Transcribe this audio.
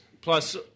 plus